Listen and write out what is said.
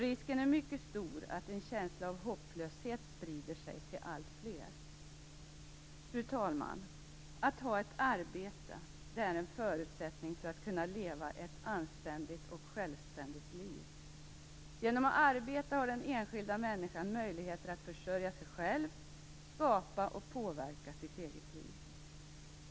Risken är mycket stor att en känsla av hopplöshet sprider sig till alltfler. Fru talman! Att ha ett arbete är en förutsättning för att kunna leva ett anständigt och självständigt liv. Genom att arbeta har den enskilda människan möjligheter att försörja sig själv, skapa och påverka sitt eget liv.